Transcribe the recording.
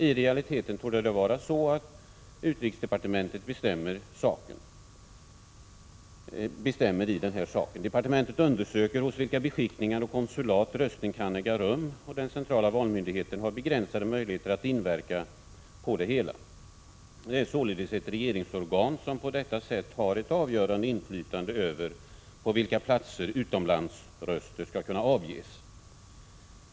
I realiteten torde det vara så att utrikesdepartementet bestämmer i saken. Departementet undersöker hos vilka beskickningar och konsulat röstning kan äga rum. Den centrala valmyndigheten har begränsade möjligheter att inverka på frågan. Det är således ett regeringsorgan som på detta sätt har ett avgörande inflytande över på vilka platser utomlands röster skall kunna avges.